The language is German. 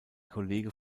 kollege